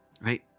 Right